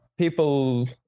People